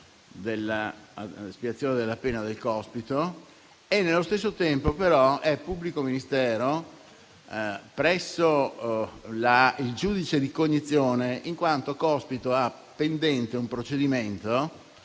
dell'espiazione della pena del Cospito e, nello stesso tempo, però, è il pubblico ministero presso il giudice di cognizione, in quanto Cospito ha pendente un procedimento